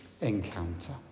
encounter